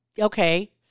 Okay